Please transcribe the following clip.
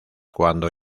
cuando